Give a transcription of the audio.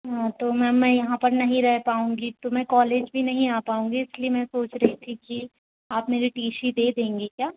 हाँ तो मैम मैं यहाँ पर नहीं रह पाऊँगी तो मैं कॉलेज भी नहीं आ पाऊँगी इसलिए मैं सोच रही थी कि आप मेरी टी सी दे देंगी क्या